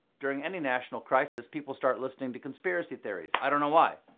during any national crisis, people start listening to conspiracy theories. i don't know why.